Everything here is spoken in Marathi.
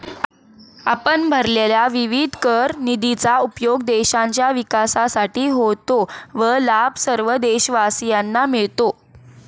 आपण भरलेल्या विविध कर निधीचा उपयोग देशाच्या विकासासाठी होतो व लाभ सर्व देशवासियांना मिळतो